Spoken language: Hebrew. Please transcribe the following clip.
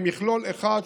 במכלול אחד,